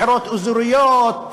בחירות אזוריות,